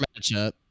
matchup